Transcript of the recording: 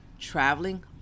traveling